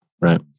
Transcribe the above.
Right